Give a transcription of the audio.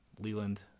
Leland